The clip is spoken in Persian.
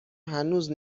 هنوز